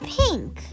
pink